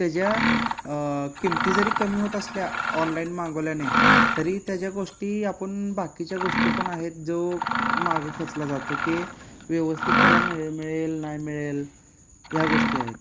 त्याच्या किमती जरी कमी होत असल्या ऑनलाईन मागवल्याने तरी त्याच्या गोष्टी आपण बाकीच्या गोष्टी पण आहेत जो मागं खेचला जातो की व्यवस्थित त्याला मिळे मिळेल नाही मिळेल या गोष्टी आहेत